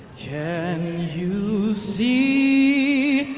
can you see